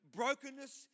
brokenness